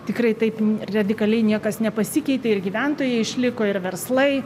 tikrai taip radikaliai niekas nepasikeitė ir gyventojai išliko ir verslai